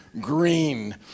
green